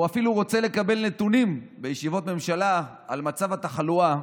הוא אפילו רוצה לקבל נתונים בישיבות ממשלה על מצב התחלואה,